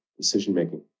decision-making